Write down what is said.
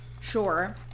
sure